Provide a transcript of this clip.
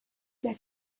that